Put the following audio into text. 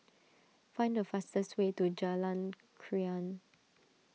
find the fastest way to Jalan Krian